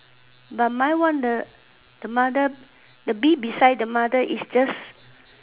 but my one the the mother the B beside the mother is just